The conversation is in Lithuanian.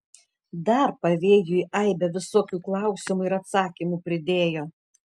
dar pavėjui aibę visokių klausimų ir atsakymų pridėjo